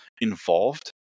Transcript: involved